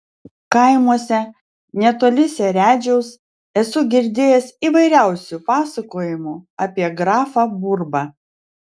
kaimuose netoli seredžiaus esu girdėjęs įvairiausių pasakojimų apie grafą burbą